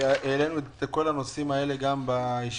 העלינו את כל הנושאים האלה גם בישיבה